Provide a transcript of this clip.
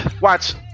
watch